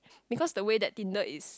because the way that Tinder is